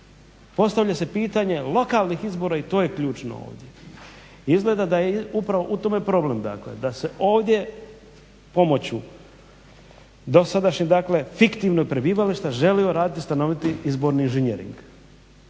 Postavlja se pitanje lokalnih izbora i to je ključno ovdje. Izgleda da je upravo u tome problem, dakle da se ovdje pomoću dosadašnjeg dakle fiktivnog prebivališta želio raditi stanoviti izborni inženjering.